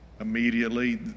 immediately